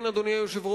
כן, אדוני היושב-ראש,